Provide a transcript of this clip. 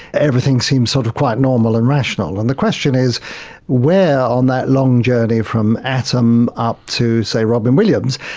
everything seems sort of quite normal and rational. and the question is where on that long journey from atom up to, say, robyn williams,